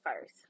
first